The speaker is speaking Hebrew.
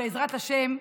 בעזרת השם,